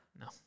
No